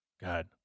God